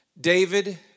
David